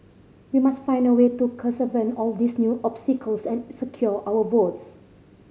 we must find a way to circumvent all these new obstacles and secure our votes